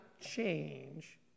change